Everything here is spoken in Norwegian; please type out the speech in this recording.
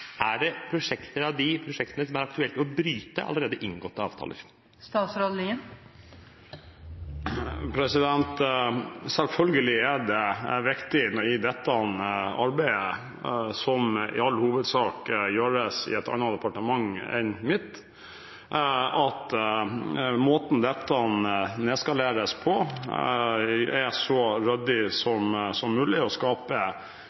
aktuelt å bryte allerede inngåtte avtaler? Selvfølgelig er det viktig i dette arbeidet som i all hovedsak gjøres i et annet departement enn mitt, at måten dette nedskaleres på, er så ryddig som mulig og skaper så få negative konsekvenser for samarbeidslandene som mulig. Så har jeg lyst til å